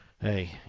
hey